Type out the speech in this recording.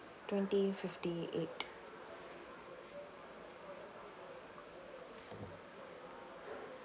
twenty fifty-eight